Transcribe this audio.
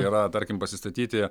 yra tarkim pasistatyti